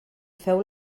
feu